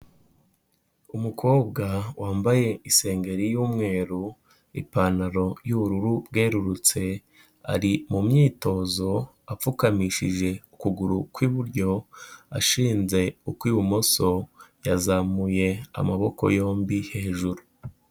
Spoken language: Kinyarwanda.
Umukobwa wambaye isengeri y'umweru, ipantaro y'ubururu bwerurutse, ari mu myitozo apfukamishije ukuguru kw'iburyo, ashinze ukw'ibumoso, yazamuye amaboko yombi hejuru.